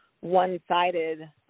one-sided